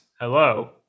Hello